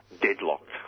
deadlocked